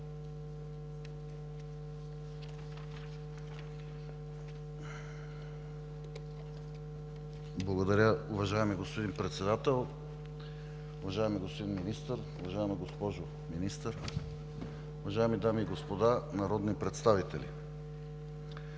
Благодаря, уважаеми господин Председател. Уважаеми господин Министър, уважаема госпожо Министър, уважаеми дами и господа народни представители!